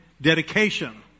dedication